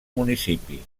municipi